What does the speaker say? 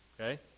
okay